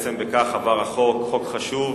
בעצם בכך עבר חוק חשוב.